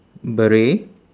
beret